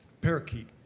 parakeet